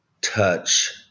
touch